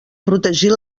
protegir